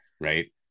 right